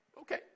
Okay